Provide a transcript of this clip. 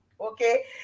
okay